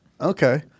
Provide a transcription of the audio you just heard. Okay